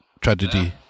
tragedy